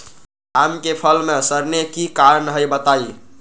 आम क फल म सरने कि कारण हई बताई?